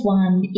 one